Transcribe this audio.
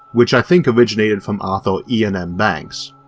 which i think originated from author iain m. banks.